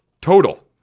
total